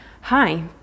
hi